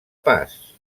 pas